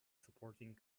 supporting